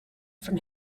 from